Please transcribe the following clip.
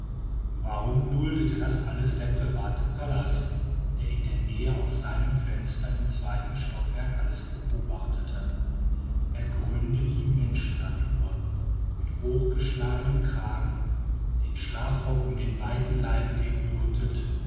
warum duldete das alles der private pallas der in der nähe aus seinem fenster im zweiten stockwerk alles beobachtete ergründe die menschennatur mit hochgeschlagenem kragen den schlafrock um den weiten leib gegürtet